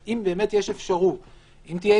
אם תהיה אפשרות,